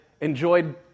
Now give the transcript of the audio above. enjoyed